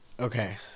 Okay